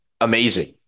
amazing